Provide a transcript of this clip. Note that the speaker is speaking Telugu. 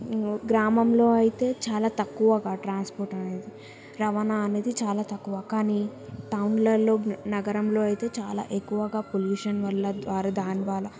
గ్రామంలో అయితే చాలా తక్కువగా ట్రాన్స్పోర్ట్ అనేది రవాణా అనేది చాలా తక్కువ కానీ టౌన్లల్లో నగరంలో అయితే చాలా ఎక్కువగా పొల్యూషన్ వల్ల ద్వారా దాని ద్వారా